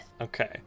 okay